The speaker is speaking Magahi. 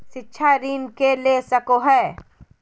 शिक्षा ऋण के ले सको है?